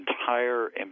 entire